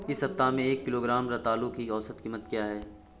इस सप्ताह में एक किलोग्राम रतालू की औसत कीमत क्या है?